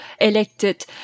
elected